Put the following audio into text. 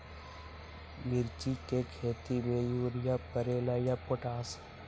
मिर्ची के खेती में यूरिया परेला या पोटाश?